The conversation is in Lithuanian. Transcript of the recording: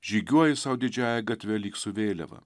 žygiuoji sau didžiąja gatve lyg su vėliava